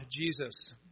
Jesus